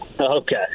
okay